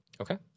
Okay